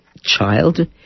child